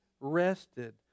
rested